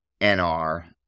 NR